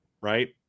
right